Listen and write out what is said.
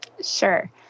Sure